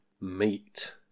Meat